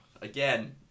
again